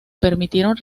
permitieron